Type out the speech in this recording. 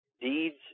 deeds